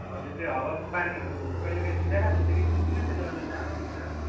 हजुर त्यो हावा पानीहरू कहिलेकाहीँ छिट्याइरहेको हुन्छ कि सिमसिममा त्यसले गर्दाखेरि जाडो हुन्छ